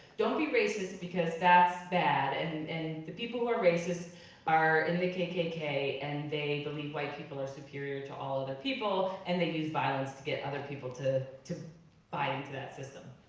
don't be racist because that's bad and the people who are racist are in the kkk and they believe white people are superior to all other people, and they use violence to get other people to to buy into that system.